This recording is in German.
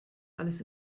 alles